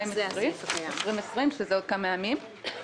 שזה עוד כמה ימים.